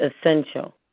essential